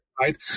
right